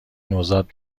نوزاد